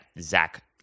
Zach